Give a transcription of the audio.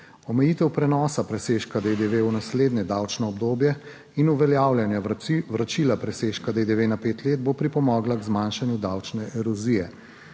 Omejitev prenosa presežka DDV v naslednje davčno obdobje in uveljavljanja vračila presežka DDV na pet let bo pripomogla k zmanjšanju davčne erozije.